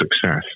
success